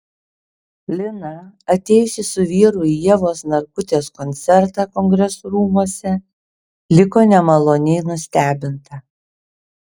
lina atėjusi su vyru į ievos narkutės koncertą kongresų rūmuose liko nemaloniai nustebinta